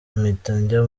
njya